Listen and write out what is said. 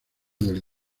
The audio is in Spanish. del